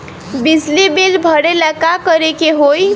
बिजली बिल भरेला का करे के होई?